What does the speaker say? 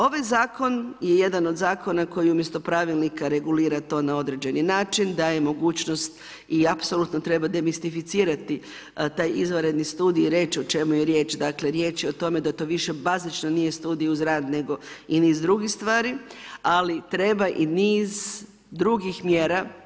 Ovaj zakon je jedan od zakona koji umjesto pravilnika regulira to na određeni način, daje mogućnost i apsolutno treba demistificirati taj izvanredni studij i reći o čemu je riječ, dakle riječ je o tome da to više bazično nije studij uz rad i niz drugih stvari, ali treba i niz drugih mjera.